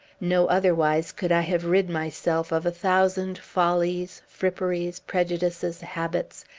no otherwise could i have rid myself of a thousand follies, fripperies, prejudices, habits,